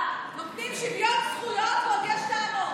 נותנים שוויון זכויות ועוד יש טענות.